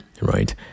right